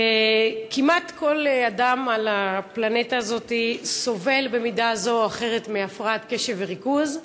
כמעט כל אדם על הפלנטה הזאת סובל במידה זו או אחרת מהפרעת קשב וריכוז.